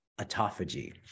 autophagy